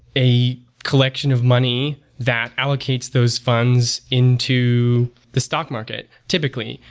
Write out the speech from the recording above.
a collection of money that allocates those funds into the stock market, typically.